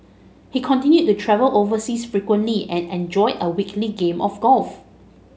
he continued to travel overseas frequently and enjoyed a weekly game of golf